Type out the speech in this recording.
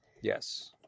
Yes